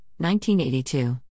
1982